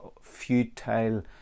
futile